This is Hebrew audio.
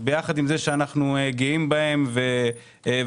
אז ביחד עם זה שאנחנו גאים בהם ושמחים